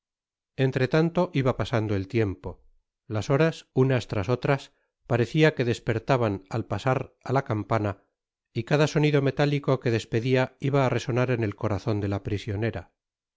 inventiva entretanto iba pasando el tiempo las horas unas tras otras parecia que despertaban al pasar á la campana y cada sonido metálico que despedia iba á resonar en el corazon de la prisionera